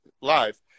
live